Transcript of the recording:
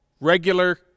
regular